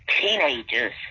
teenagers